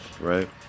right